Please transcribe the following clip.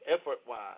effort-wise